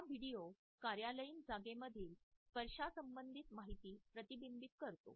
हा व्हिडिओ कार्यालयीन जागेमधील स्पर्शासंबंधित माहिती प्रतिबिंबित करतो